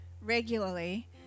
regularly